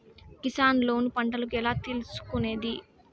Kisan loan పంటలకు ఎలా తీసుకొనేది?